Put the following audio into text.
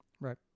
Right